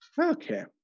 Okay